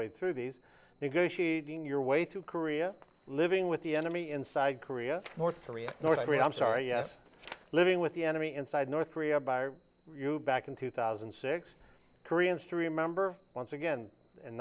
way through these negotiating your way through korea living with the enemy inside korea north korea north korea i'm sorry yes living with the enemy inside north korea by you back in two thousand and six koreans to remember once again in